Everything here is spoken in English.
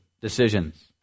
decisions